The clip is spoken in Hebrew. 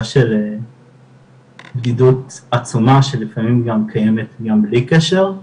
של בדידות עצומה שלפעמים גם קיימת גם בלי קשר,